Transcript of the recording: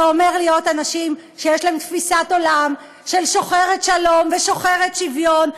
זה אומר להיות אנשים שיש להם תפיסת עולם שוחרת שלום ושוחרת שוויון.